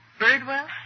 Birdwell